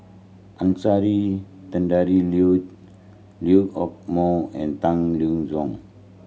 Anastasia Tjendri Liew Liew Hock Moh and Tang Liang Hong